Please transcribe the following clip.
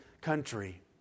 country